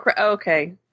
okay